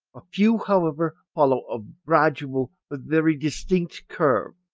a few however follow a gradual but very distinct curve,